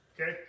Okay